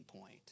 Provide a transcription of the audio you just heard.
point